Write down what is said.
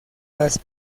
las